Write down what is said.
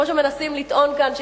כמו שמנסים לטעון כאן,